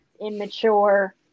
immature